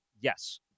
yes